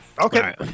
Okay